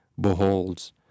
beholds